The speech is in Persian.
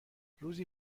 روزی